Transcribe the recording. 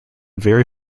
very